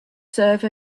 serve